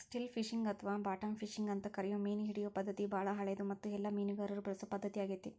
still fishing ಅಥವಾ bottom fishing ಅಂತ ಕರಿಯೋ ಮೇನಹಿಡಿಯೋ ಪದ್ಧತಿ ಬಾಳ ಹಳೆದು ಮತ್ತು ಎಲ್ಲ ಮೇನುಗಾರರು ಬಳಸೊ ಪದ್ಧತಿ ಆಗೇತಿ